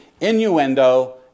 innuendo